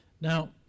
Now